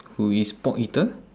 who is pork eater